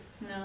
No